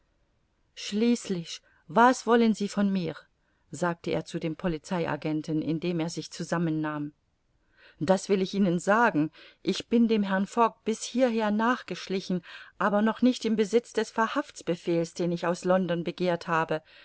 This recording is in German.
schließlich was wollen sie von mir sagte er zu dem polizei agenten indem er sich zusammen nahm das will ich ihnen sagen ich bin dem herrn fogg bis hierher nachgeschlichen aber noch nicht im besitz des verhaftsbefehls den ich aus london begehrt habe